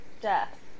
death